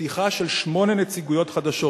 פתיחה של שמונה נציגויות חדשות